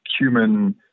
human